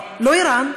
לא איראן,